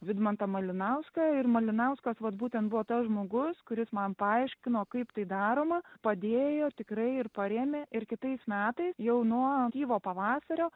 vidmantą malinauską ir malinauskas vat būtent buvo tas žmogus kuris man paaiškino kaip tai daroma padėjo tikrai ir parėmė ir kitais metais jau nuo gyvo pavasario